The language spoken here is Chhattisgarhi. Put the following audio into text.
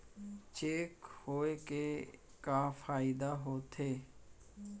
चेक होए के का फाइदा होथे?